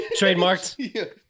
Trademarked